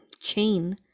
Chain